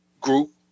group